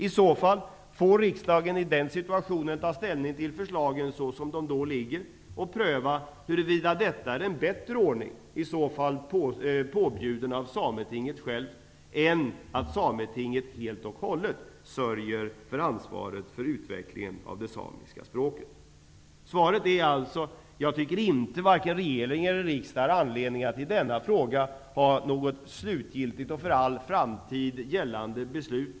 I så fall får riksdagen i den situationen ta ställning till förslagen såsom de då ligger och pröva huruvida detta är en bättre ordning, påbjuden av Sametinget självt, än att Sametinget helt och hållet sörjer för ansvaret för utvecklingen av det samiska språket. Svaret är alltså att jag tycker att varken regeringen eller riksdagen har anledning att i denna fråga fatta något slutgiltigt och för all framtid gällande beslut.